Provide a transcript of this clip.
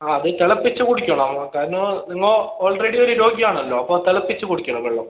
ആ അത് തിളപ്പിച്ച് കുടിക്കണം കാരണം നിങ്ങൾ ഓൾറെഡി ഒരു രോഗി ആണല്ലോ അപ്പോൾ തിളപ്പിച്ച് കുടിക്കണം വെള്ളം